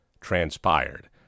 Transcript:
transpired